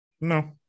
No